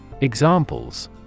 Examples